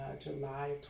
July